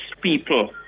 people